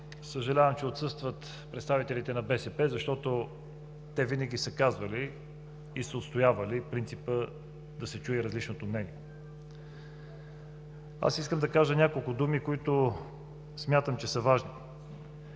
Съжалявам, че отсъстват представителите на БСП, защото те винаги са отстоявали принципа да се чуе различното мнение. Искам да кажа няколко думи, които смятам, че са важни.